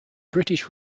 british